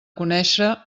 conèixer